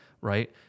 Right